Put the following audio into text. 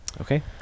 Okay